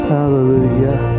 Hallelujah